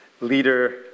leader